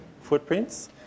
Footprints